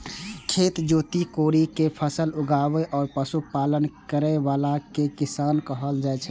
खेत जोति कोड़ि कें फसल उगाबै आ पशुपालन करै बला कें किसान कहल जाइ छै